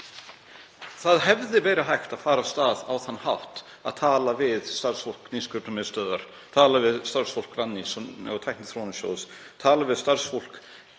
Það hefði verið hægt að fara af stað á þann hátt að tala við starfsfólk Nýsköpunarmiðstöðvar, tala við starfsfólk Rannís og Tækniþróunarsjóðs, tala við starfsfólk